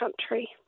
country